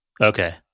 Okay